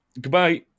Goodbye